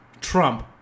trump